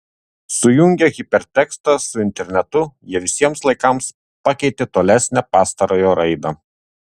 sujungę hipertekstą su internetu jie visiems laikams pakeitė tolesnę pastarojo raidą